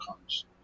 comes